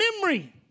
memory